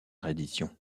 reddition